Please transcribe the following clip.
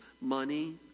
money